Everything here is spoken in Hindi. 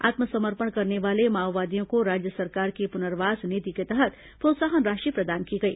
आत्मसमर्पण करने वाले माओवादियों को राज्य सरकार की पुनर्वास नीति के तहत प्रोत्साहन राशि प्रदान की गई